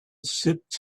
sipped